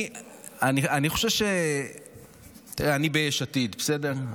אני ביש עתיד, בסדר?